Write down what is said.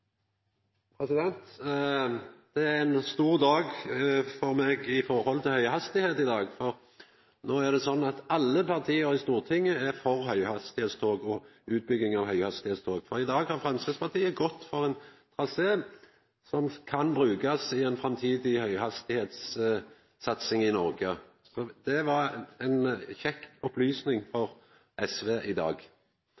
ein stor dag for meg i dag når det gjeld høghastigheit. No er det sånn at alle parti i Stortinget er for utbygging av høghastigheitstog, for i dag har Framstegspartiet gått for ein trasé som kan brukast i ei framtidig høghastigheitssatsing i Noreg. Det var ei kjekk opplysning